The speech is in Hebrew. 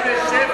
אלו הן